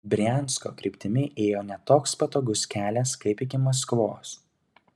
briansko kryptimi ėjo ne toks patogus kelias kaip iki maskvos